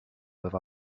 with